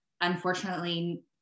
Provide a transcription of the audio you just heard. unfortunately